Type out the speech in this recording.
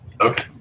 Okay